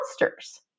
monsters